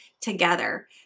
together